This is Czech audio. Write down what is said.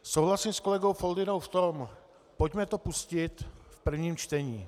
Souhlasím s kolegou Foldynou v tom pojďme to pustit v prvním čtení.